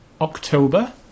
October